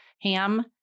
ham